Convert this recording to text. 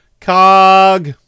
Cog